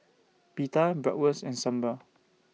Pita Bratwurst and Sambar